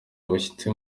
abashyitsi